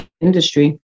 industry